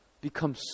become